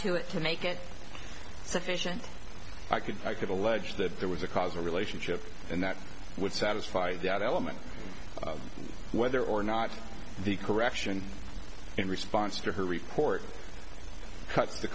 to it to make it sufficient i could i could allege that there was a causal relationship and that would satisfy that element whether or not the correction in response to her report cuts the